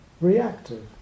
reactive